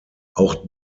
auch